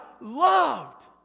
loved